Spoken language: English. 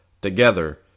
Together